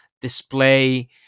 display